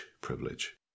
privilege